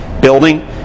building